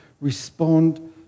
respond